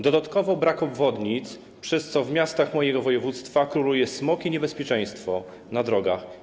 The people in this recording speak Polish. Dodatkowo brak obwodnic, przez co w miastach mojego województwa króluje smog i niebezpieczeństwo na drogach.